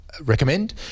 recommend